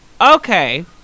Okay